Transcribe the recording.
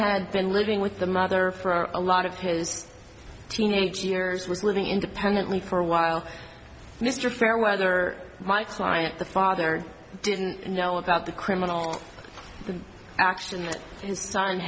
had been living with the mother for a lot of his teenage years was living independently for a while mr fairweather my client the father didn't know about the criminal action his son